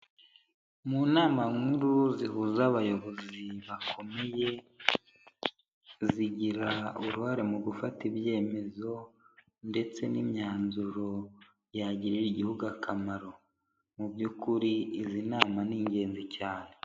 Mu nama nkuru zihuza abayobozi bakomeye, zigira uruhare mu gufata ibyemezo ndetse n'imyanzuro, yagirira igihugu akamaro, mu by'ukuri izi nama ni ingenzi cyane.